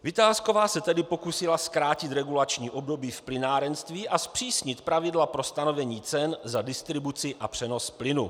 Vitásková se tehdy pokusila zkrátit regulační období v plynárenství a zpřísnit pravidla pro stanovení cen za distribuci a přenos plynu.